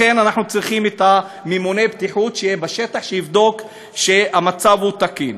לכן אנחנו צריכים שממונה בטיחות יהיה בשטח ויבדוק שהמצב תקין.